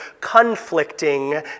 conflicting